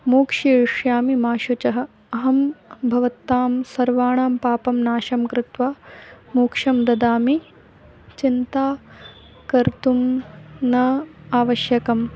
मोक्षयिष्यामि मा शुचः अहं भवतां सर्वेषां पापं नाशं कृत्वा मोक्षं ददामि चिन्ता कर्तुं न आवश्यकं